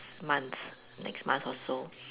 month next month or so